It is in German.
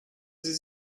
sie